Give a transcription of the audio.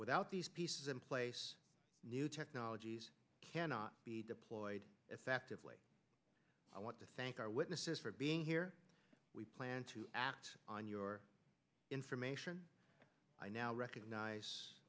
without these pieces in place new technologies cannot be deployed effectively i want to thank our witnesses for being here we plan to act on your information i now recognize